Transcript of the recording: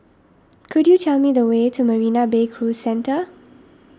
could you tell me the way to Marina Bay Cruise Centre